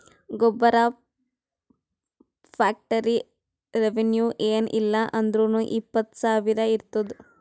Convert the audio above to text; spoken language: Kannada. ಗೊಬ್ಬರ ಫ್ಯಾಕ್ಟರಿ ರೆವೆನ್ಯೂ ಏನ್ ಇಲ್ಲ ಅಂದುರ್ನೂ ಇಪ್ಪತ್ತ್ ಸಾವಿರ ಇರ್ತುದ್